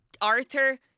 Arthur